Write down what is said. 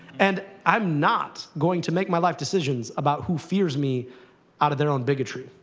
and i'm not going to make my life decisions about who fears me out of their own bigotry,